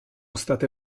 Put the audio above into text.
state